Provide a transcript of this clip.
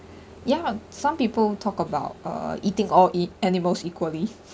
ya some people talk about uh eating all eat animals equally